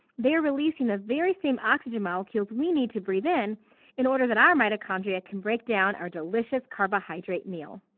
they are releasing the very same oxygen molecules we need to breath in in order that our mitochondria can break down our delicous carbohydrate meal.